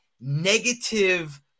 negative